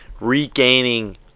regaining